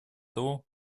того